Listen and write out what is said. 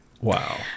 wow